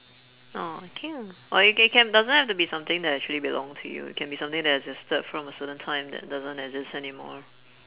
orh okay ah or it can can doesn't have to be something that actually belonged to you it can be something that existed from a certain time that doesn't exist anymore